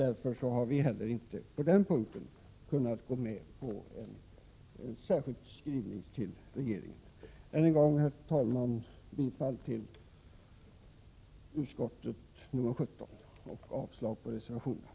Därför har vi inte heller på denna punkt kunnat ansluta oss till en särskild skrivning till regeringen. Än en gång, herr talman, yrkar jag bifall till utskottets hemställan i socialutskottets betänkande 17 och avslag på reservationerna.